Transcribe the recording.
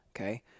okay